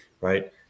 right